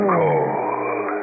cold